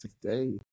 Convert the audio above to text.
Today